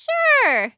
Sure